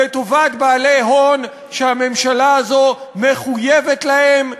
לטובת בעלי הון שהממשלה הזו מחויבת להם,